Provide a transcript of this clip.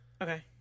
okay